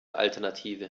alternative